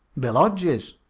bill hodge's.